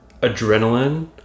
adrenaline